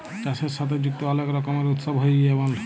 চাষের সাথে যুক্ত অলেক রকমের উৎসব হ্যয়ে যেমল